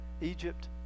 Egypt